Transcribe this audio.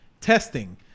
testing